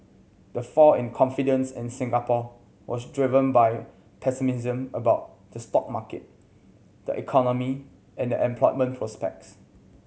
the fall in confidence in Singapore was driven by pessimism about the stock market the economy and the employment prospects